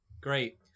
Great